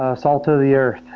ah salt of the earth